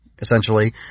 essentially